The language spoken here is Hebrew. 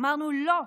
אמרנו: לא,